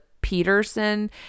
Peterson